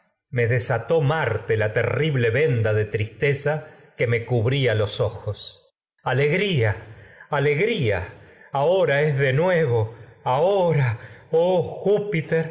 me desató marte la terrible venda de tristeza que me cubría los ojos alegría alegría ahora de nue vo día ahora oh júpiter